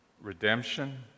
redemption